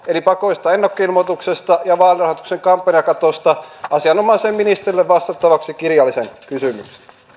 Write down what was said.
eli pakollisesta ennakkoilmoituksesta ja vaalirahoituksen kampanjakatosta asianomaiselle ministerille vastattavaksi kirjallisen kysymyksen